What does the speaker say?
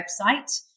website